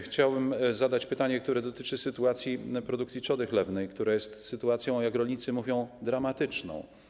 Chciałbym zadać pytanie, które dotyczy sytuacji w produkcji trzody chlewnej, która jest sytuacją, jak rolnicy mówią, dramatyczną.